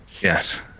yes